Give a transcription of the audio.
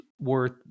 worth